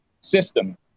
system